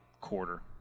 quarter